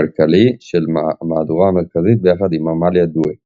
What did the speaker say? הכלכלי של המהדורה המרכזית ביחד עם עמליה דואק.